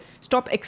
stop